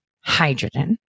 hydrogen